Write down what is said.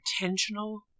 intentional